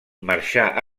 marxar